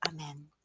Amen